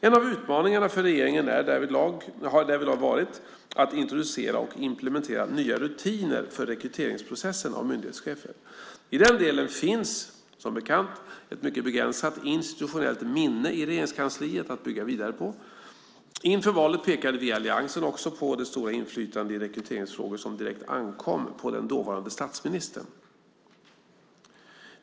En av utmaningarna för regeringen har därvidlag varit att introducera och implementera nya rutiner för rekryteringsprocessen när det gäller myndighetschefer. I den delen finns, som bekant, ett mycket begränsat institutionellt minne i Regeringskansliet att bygga vidare på. Inför valet pekade vi i alliansen också på det stora inflytande i rekryteringsfrågor som direkt ankom på den dåvarande statsministern.